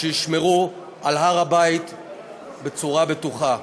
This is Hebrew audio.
שישמרו על הר הבית בצורה בטוחה.